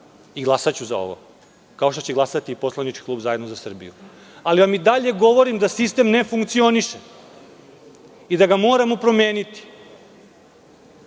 i glasaću za ovo, kao što će glasati i Poslanički klub Zajedno za Srbiju. Ali, ja i dalje govorim da sistem ne funkcioniše i da ga moramo promeniti. Još